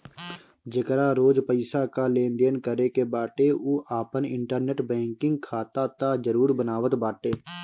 जेकरा रोज पईसा कअ लेनदेन करे के बाटे उ आपन इंटरनेट बैंकिंग खाता तअ जरुर बनावत बाटे